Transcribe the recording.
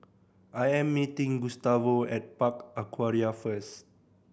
I am meeting Gustavo at Park Aquaria first